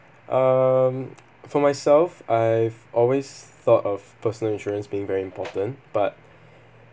um for myself I've always thought of personal insurance being very important but